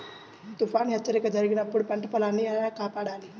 తుఫాను హెచ్చరిక జరిపినప్పుడు పంట పొలాన్ని ఎలా కాపాడాలి?